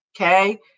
Okay